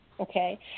Okay